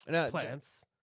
plants